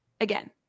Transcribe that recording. again